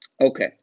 Okay